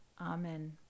Amen